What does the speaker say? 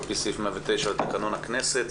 על פי סעיף 109 לתקנון הכנסת.